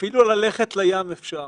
אפילו ללכת לים אפשר.